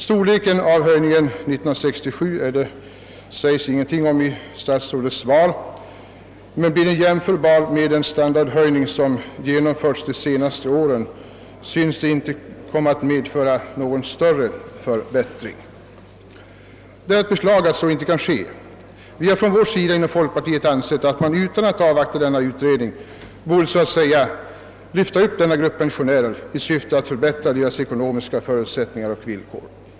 Storleken av höjningen 1967 sägs det ingenting om i statsrådets svar, men blir den jämförbar med de standardhöjningar som genomförts de senaste åren synes den inte komma att medföra någon större förbättring. Det är att beklaga att så inte kan bli fallet. Vi inom folkpartiet har ansett att man utan att avvakta utredningens förslag borde ha så att säga lyft upp ifrågavarande grupp pensionärer i syfte att förbättra deras ekonomiska förutsättningar och villkor.